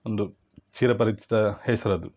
ಒಂದು ಚಿರಪರಿಚಿತ ಹೆಸ್ರು ಅದು